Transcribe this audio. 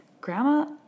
grandma